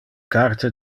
carta